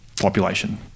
population